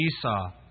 Esau